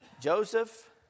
Joseph